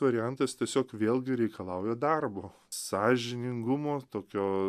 variantas tiesiog vėlgi reikalauja darbo sąžiningumo tokio